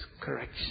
correction